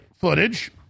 footage